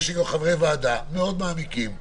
יש אתנו חברי ועדה מאוד מעמיקים,